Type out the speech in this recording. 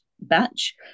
batch